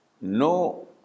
no